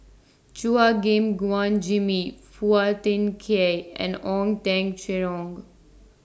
Chua Gim Guan Jimmy Phua Thin Kiay and Ong Teng Cheong